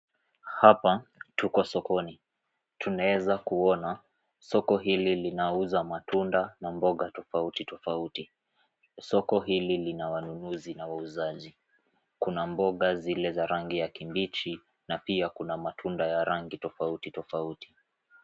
Hapa tuko sokoni tunaweza kuona soko hili linauza matunda na mboga tofauti tofauti. Soko hili lina wanunuzi na wauzaji. Kuna mboga zile za rangi ya kibichi na pia kuna matunda ya rangi tofauti tofauti.